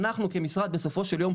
אנחנו כמשרד בסופו של יום,